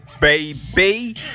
baby